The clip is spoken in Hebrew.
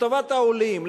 לטובת העולים,